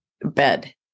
bed